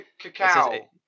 Cacao